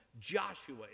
Joshua